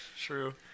True